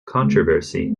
controversy